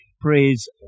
Praise